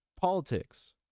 politics